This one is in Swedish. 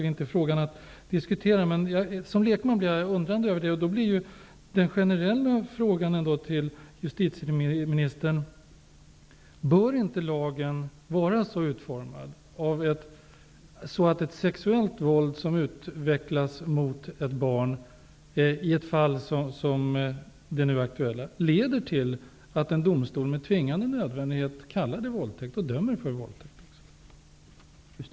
Därför blir min generella fråga till justitieministern: Bör inte lagen vara så utformad att ett sexuellt våld som utvecklas mot ett barn i ett fall som det nu aktuella leder till att domstolen med tvingande nödvändighet dömer för våldtäkt?